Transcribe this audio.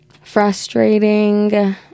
frustrating